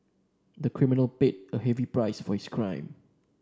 the criminal paid a heavy price for his crime